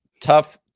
Tough